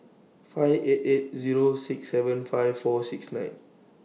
five eight eight Zero six seven five four six nine